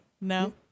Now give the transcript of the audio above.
no